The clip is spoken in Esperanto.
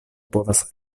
povas